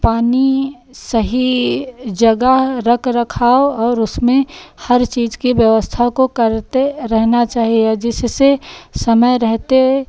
पानी सही जगह रख रखाव और उसमें हर चीज की व्यवस्था को करते रहना चाहिए जिससे समय रहते